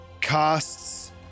casts